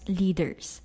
leaders